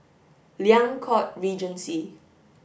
Liang Court Regency